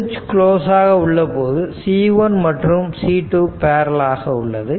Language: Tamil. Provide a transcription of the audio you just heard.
ஸ்விச் கிளோஸ் ஆக உள்ளபோது C1 மற்றும் C2 பேரலல் ஆக உள்ளது